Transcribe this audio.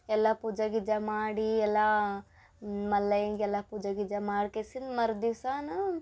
ಎಲ್ಲ ಪೂಜೆ ಗೀಜೆ ಮಾಡಿ ಎಲ್ಲ ಮಲ್ಲಯ್ಯಂಗೆ ಎಲ್ಲ ಪೂಜೆ ಗೀಜೆ ಮಾಡ್ಕೆಸಿನ್ ಮರು ದಿವ್ಸವೂ